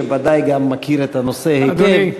שוודאי גם מכיר את הנושא היטב.